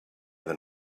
than